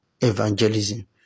evangelism